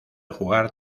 jugar